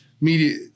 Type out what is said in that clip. media